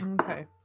Okay